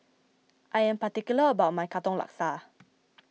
I am particular about my Katong Laksa